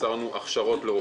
יצרנו הכשרות לרופאים.